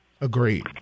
Agreed